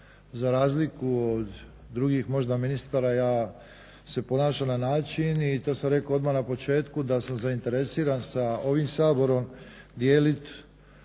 Za razliku od drugih možda ministara ja se ponašam na način i to sam rekao odmah na početku da sam zainteresiran sa ovim saborom dijelit